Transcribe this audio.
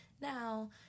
now